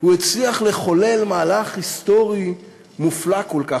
הוא הצליח לחולל מהלך היסטורי מופלא כל כך.